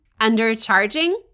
undercharging